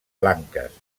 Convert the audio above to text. blanques